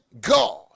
God